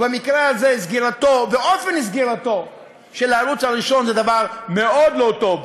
ובמקרה הזה סגירתו ואופן סגירתו של הערוץ הראשון זה דבר מאוד לא טוב,